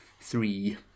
three